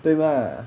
对 lah